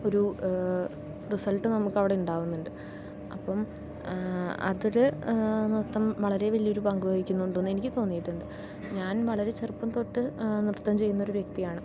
ഒരു റിസൾട്ട് നമുക്ക് അവിടെ ഉണ്ടാകുന്നുണ്ട് അപ്പം അതൊരു നൃത്തം വളരെ വലിയൊരു പങ്ക് വഹിക്കുന്നുണ്ട് എന്ന് എനിക്ക് തോന്നിട്ടുണ്ട് ഞാൻ വളരെ ചെറുപ്പം തൊട്ട് നൃത്തം ചെയ്യുന്ന ഒരു വ്യക്തിയാണ്